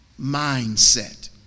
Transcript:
mindset